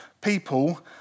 people